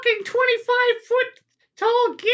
25-foot-tall